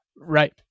right